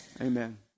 Amen